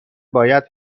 باید